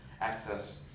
access